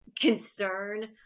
concern